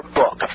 book